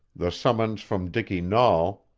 the summons from dicky nahl,